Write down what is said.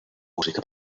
música